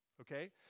okay